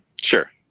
Sure